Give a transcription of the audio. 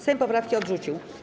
Sejm poprawki odrzucił.